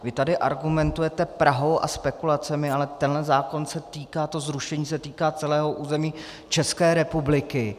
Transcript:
Vy tady argumentujete Prahou a spekulacemi, ale tenhle zákon se týká, to zrušení, celého území České republiky.